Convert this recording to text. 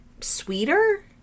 sweeter